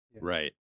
Right